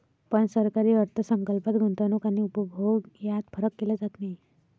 पण सरकारी अर्थ संकल्पात गुंतवणूक आणि उपभोग यात फरक केला जात नाही